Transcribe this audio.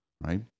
right